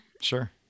sure